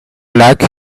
like